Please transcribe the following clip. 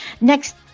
next